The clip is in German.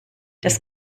das